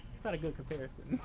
it's not a good comparison.